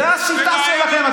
זו השיטה שלכם.